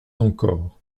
encore